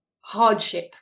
hardship